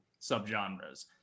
subgenres